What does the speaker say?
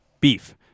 beef